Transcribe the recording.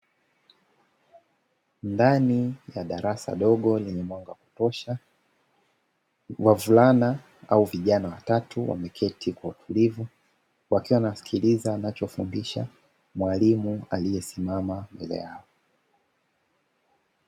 Ndani ya darasa dogo lenye mwanga wa kutosha, wavulana au vijana watatu wameketi kwa utulivu wakiwa wanasikiliza anachofundisha mwalimu aliyesimama mbele yao.